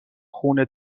خونه